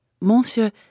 Monsieur